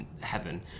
heaven